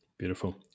beautiful